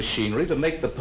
machinery to make the